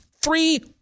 three